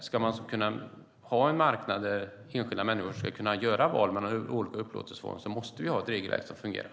Ska man kunna ha en marknad där enskilda människor ska kunna göra val mellan olika upplåtelseformer måste vi ha ett regelverk som fungerar.